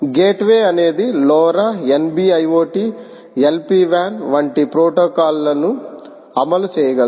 gateway అనేది LORA NBIOT LPWAN వంటి ప్రోటోకాల్లను అమలు చేయగలదు